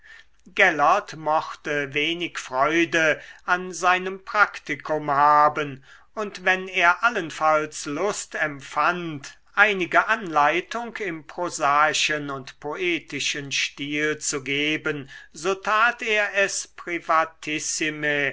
gellert mochte wenig freude an seinem praktikum haben und wenn er allenfalls lust empfand einige anleitung im prosaischen und poetischen stil zu geben so tat er es